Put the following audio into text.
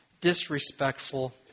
disrespectful